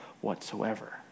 whatsoever